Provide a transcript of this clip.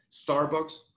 starbucks